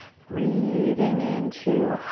breathing into